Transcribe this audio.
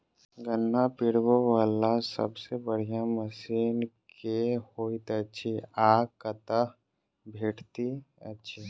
गन्ना पिरोबै वला सबसँ बढ़िया मशीन केँ होइत अछि आ कतह भेटति अछि?